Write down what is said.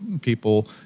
people